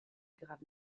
grave